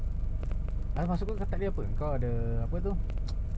like izin bagi aku berbual pasal kerja still okay is lepaskan stress